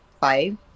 five